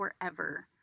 forever